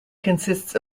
consists